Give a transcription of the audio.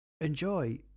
enjoy